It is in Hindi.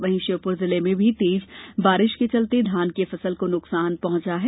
वहीं श्योपुर जिले में भी तेज बारिश के चलते धान की फसल को नुकसान पहुंचा है